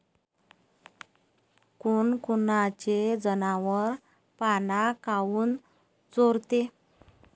कोनकोनचे जनावरं पाना काऊन चोरते?